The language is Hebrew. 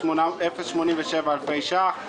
27,087 אלפי ש"ח,